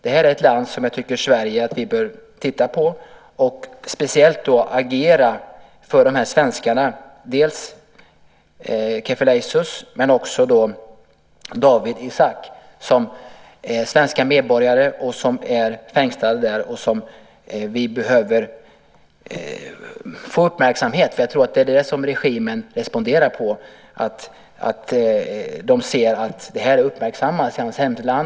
Det är ett land som jag tycker Sverige särskilt bör titta på och agera för när det gäller dels Kifleyesus, dels Dawit Isaak. De är svenska medborgare som fängslats där, och de behöver få uppmärksamhet. Jag tror nämligen att regimen responderar när den ser att de uppmärksammas i sitt hemland.